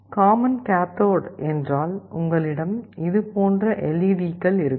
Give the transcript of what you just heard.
common cathode என்றால் உங்களிடம் இது போன்ற LEDக்கள் இருக்கும்